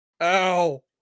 Ow